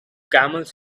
camels